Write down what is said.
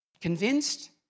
Convinced